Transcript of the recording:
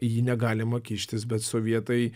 į ji negalima kištis bet sovietai